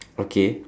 okay